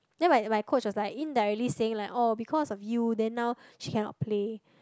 then like like coach was like indirectly saying like oh because of you then now she cannot play